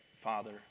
Father